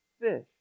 fish